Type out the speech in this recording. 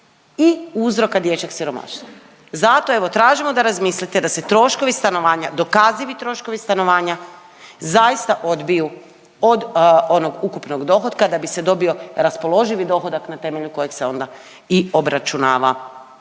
i uzroka dječjeg siromaštva. Zato evo tražimo da razmislite da se troškovi stanovanja, dokazivi troškovi stanovanja zaista odbiju od onog ukupnog dohotka da bi se dobio raspoloživi dohodak na temelju kojeg se onda i obračunava,